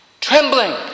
trembling